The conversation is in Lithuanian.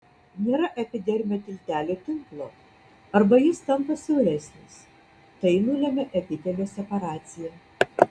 nėra epidermio tiltelio tinklo arba jis tampa siauresnis tai nulemia epitelio separaciją